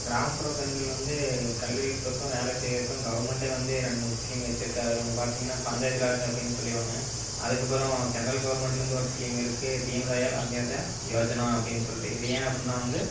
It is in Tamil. கிராமப்புற பெண்கள் வந்து கல்வி கற்பதுக்கும் வேலை செய்யிறதுக்கும் கவுர்மெண்ட்டே வந்து ரெண்டு மூணு ஸ்கீம் வைச்சிருக்கு அதில் ஒன்று பார்த்திங்கனா பஞ்சாயத்து ராஜ் அப்படின்னு சொல்லி ஒன்று அதுக்கப்புறம் சென்ட்ரல் கவர்மெண்ட்லருந்து ஒரு ஸ்கீம் இருக்குது தீனு தயால் அந்யோத்யா யோஜனா அப்படின்னு சொல்லிட்டு இது ஏன் அப்புடின்னா வந்து